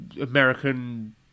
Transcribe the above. American